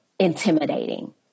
intimidating